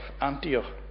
Antioch